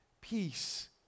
peace